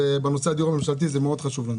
בנושא הדיור הממשלתי זה מאוד חשוב לנו.